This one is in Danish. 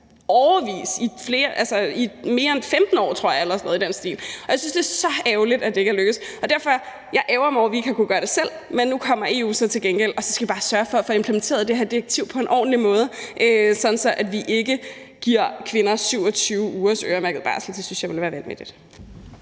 her i årevis, i mere end 15 år eller sådan noget i den stil, tror jeg, og jeg synes, det er så ærgerligt, at det ikke er lykkedes. Derfor ærgrer jeg mig over, at vi ikke har kunnet gøre det selv, men nu kommer EU så til gengæld, og så skal vi bare sørge for at få det her direktiv implementeret på en ordentlig måde, sådan at vi ikke giver kvinder 27 ugers øremærket barsel. Det synes jeg ville være vanvittigt.